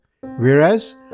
whereas